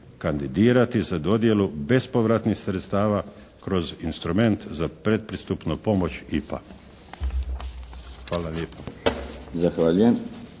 kandidirati za dodjelu bespovratnih sredstava kroz instrument za pretpristupnu pomoć IPA. Hvala lijepa.